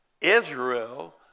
Israel